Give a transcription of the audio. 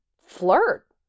flirt